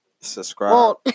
Subscribe